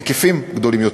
היקפים גדולים יותר?